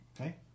okay